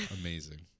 Amazing